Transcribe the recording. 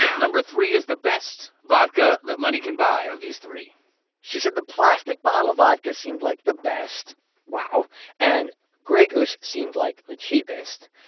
number three is the best vodka that money can buy of these three she said the plastic-bottle vodka seemed like the best wow and grey goose seemed like the cheapest.